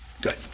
Good